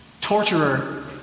torturer